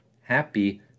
Happy